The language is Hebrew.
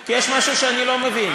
כי יש משהו שאני לא מבין,